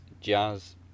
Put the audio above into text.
Jazz